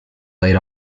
laid